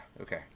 okay